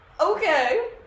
Okay